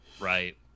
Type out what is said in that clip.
Right